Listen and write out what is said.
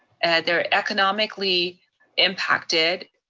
their economically impacted,